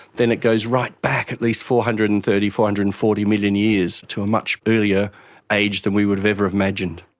then it goes right back at least four hundred and thirty million, four hundred and forty million years, to a much earlier age than we would have ever imagined.